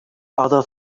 other